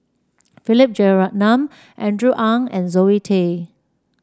Philip Jeyaretnam Andrew Ang and Zoe Tay